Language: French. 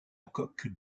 coq